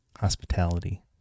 hospitality